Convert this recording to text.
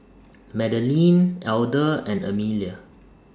Madeleine Elder and Emelia